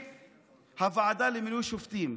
מהוועדה למינוי שופטים.